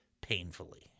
painfully